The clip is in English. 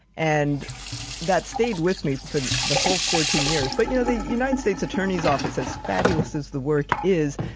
and that stayed with me for the whole fourteen years. but you know, the united states attorney's office, as fabulous as the work is,